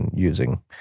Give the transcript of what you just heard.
using